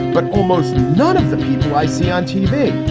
but almost none of the people i see on tv.